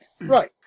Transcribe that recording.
Right